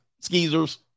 Skeezers